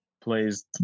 plays